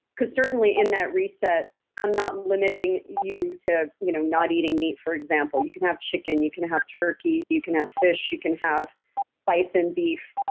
because certainly in that reset i'm not limiting you to you know not eating meat, for example. you can have chicken, you can have turkey, you can have fish, you can have bison, beef,